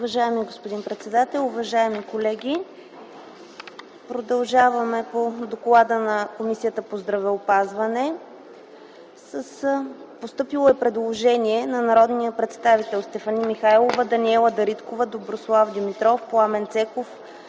Уважаеми господин председател, уважаеми колеги, продължаваме по доклада на Комисията по здравеопазването. Постъпило е предложение от народните представители Стефани Михайлова, Даниела Дариткова, Доброслав Димитров, Пламен Цеков